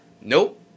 nope